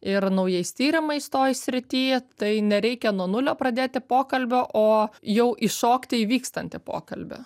ir naujais tyrimais toj srity tai nereikia nuo nulio pradėti pokalbio o jau įšokti į vykstantį pokalbį